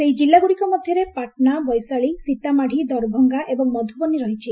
ସେହି ଜିଲ୍ଲାଗୁଡ଼ିକ ମଧ୍ୟରେ ପାଟନା ବୈଶାଳୀ ସୀତାମାଢ଼ି ଦରଭଙ୍ଗା ଏବଂ ମଧୁବନୀ ରହିଛି